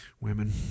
women